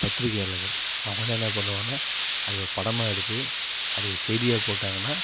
பத்திரிகையாளர்கள் அவங்க தான் என்னாப் பண்ணுவாங்கன்னா அதை ஒரு படமாக எடுத்து அதை ஒரு செய்தியாக போட்டாங்கன்னா